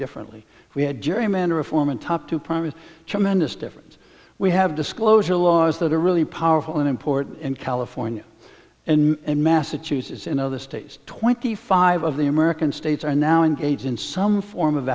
differently if we had gerrymander reform and top two primaries tremendous difference we have disclosure laws that are really powerful and important in california and massachusetts in other states twenty five of the american states are now engaged in some form of